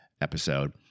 episode